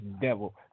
devil